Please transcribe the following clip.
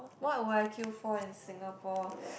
what would I queue for in Singapore